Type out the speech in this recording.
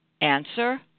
Answer